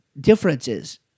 differences